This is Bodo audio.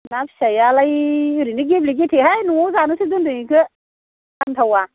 ना फिसायालाय ओरैनो गेब्ले गेथेहाय न'वाव जानोसो दोन्दों बेखौ फान्थावा